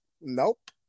Nope